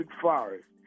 forest